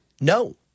no